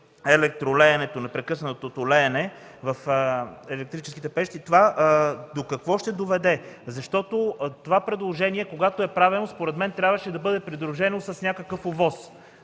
тук говорим – непрекъснатото леене в електрическите пещи, това до какво ще доведе? Това предложение, когато е правено, според мен трябваше да бъде придружено с някаква